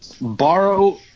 borrow